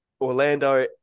Orlando